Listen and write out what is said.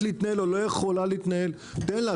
להתנהל או לא יכולה להתנהל תן לה.